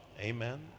Amen